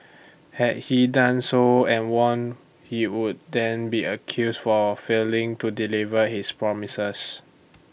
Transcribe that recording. had he done so and won he would then be accused for failing to deliver his promises